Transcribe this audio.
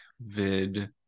vid